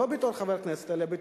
לא בתור חבר כנסת